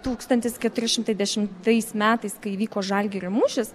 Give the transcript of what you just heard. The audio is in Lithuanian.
tūkstantis keturi šimtai dešimtais metais kai įvyko žalgirio mūšis